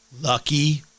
Lucky